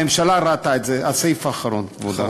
הממשלה ראתה את זה, הסעיף האחרון, כבודו.